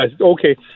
okay